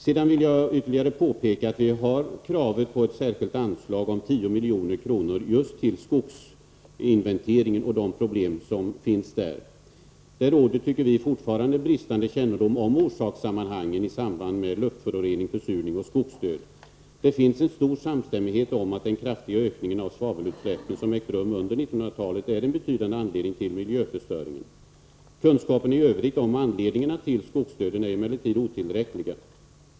Sedan vill jag påpeka att vi har ett krav på särskilt anslag om 10 milj.kr. till skogsinventeringen med hänsyn till de problem som finns därvidlag. Det råder, tycker jag, bristande kännedom om orsakssammanhangen i samband med luftförorening, försurning och skogsdöd. Det finns en stor samstämmighet om att den kraftiga ökning av svavelutsläppen som ägt rum under 1900-talet är en betydande anledning till miljöförstöring. Kunskapen i övrigt om anledningarna till skogsdöden är emellertid otillräcklig.